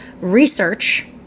research